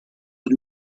und